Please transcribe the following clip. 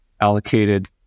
allocated